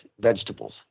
vegetables